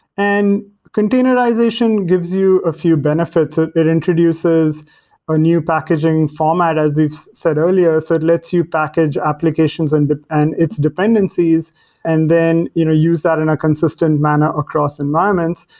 and containerization gives you a few benefits. ah it introduces a new packaging format as we've said earlier. it lets you package applications and and its dependencies and then you know use that in a consistent manner across environments.